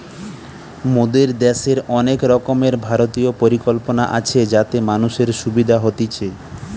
মোদের দ্যাশের অনেক রকমের ভারতীয় পরিকল্পনা আছে যাতে মানুষের সুবিধা হতিছে